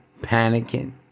panicking